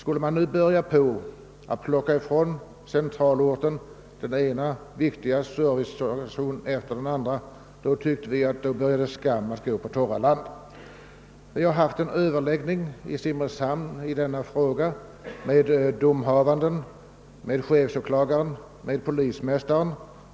Att nu beröva centralorten den ena viktiga servicefunktionen efter den andra skulle emellertid: enligt vår mening vara att låta skam gå på torra land. Vi har haft en överläggning i denna fråga i Simrishamn med domhavanden, chefsåklagaren och polismästaren.